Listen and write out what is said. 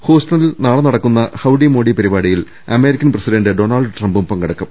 ഹൂസ്റ്റണിൽ നാളെ നടക്കുന്ന ഹൌഡിമോഡി പരിപാടിയിൽ അമേ രിക്കൻ പ്രസിഡന്റ് ഡൊണാൾഡ് ട്രംപും പങ്കെടുക്കും